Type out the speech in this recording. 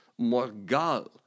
morgal